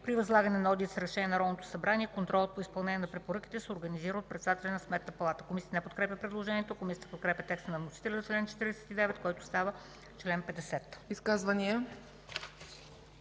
„При възлагане на одит с решение на Народното събрание контролът по изпълнение на препоръките се организира от председателя на Сметната палата.” Комисията не подкрепя предложението. Комисията подкрепя текста на вносителя за чл. 49, който става чл. 50.